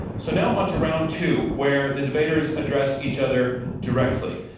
so now on to round two where the debaters address each other directly.